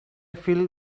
feel